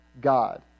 God